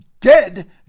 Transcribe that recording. dead